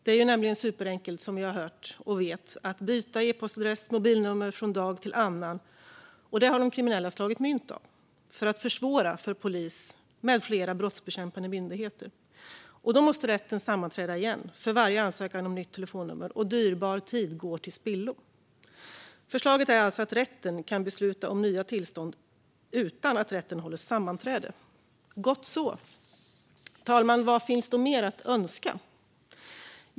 Det är, som vi hört och som vi vet, superenkelt att byta e-postadress eller mobilnummer från en dag till en annan. Detta har de kriminella slagit mynt av för att försvåra för polis med flera brottsbekämpande myndigheter. Rätten måste sammanträda igen för varje ansökan om nytt telefonnummer, och dyrbar tid går till spillo. Förslaget är alltså att rätten kan besluta om nya tillstånd utan att rätten håller sammanträde - gott så. Fru talman! Vad finns då mer att önska?